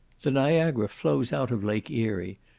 the niagara flows out of lake erie,